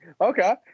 Okay